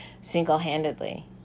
single-handedly